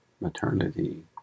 maternity